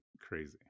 crazy